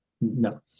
No